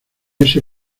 ese